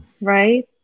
right